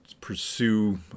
pursue